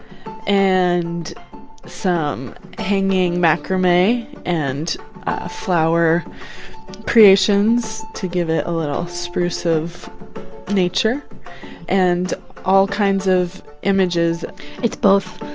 and some hanging macrame and flower creations to give it a little spruce of nature and all kinds of images it's both,